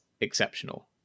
exceptional